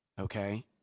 Okay